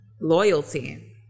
Loyalty